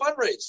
fundraise